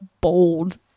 bold